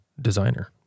designer